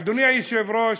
אדוני היושב-ראש,